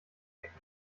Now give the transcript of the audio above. ecken